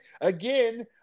again –